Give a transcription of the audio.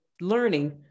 learning